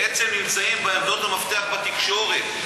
היות שאנשי התקשורת,